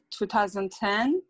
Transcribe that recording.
2010